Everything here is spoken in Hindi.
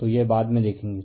तो यह बाद में देखेंगे